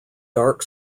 dark